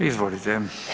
Izvolite.